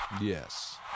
Yes